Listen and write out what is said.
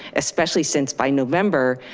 especially since by november,